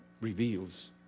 reveals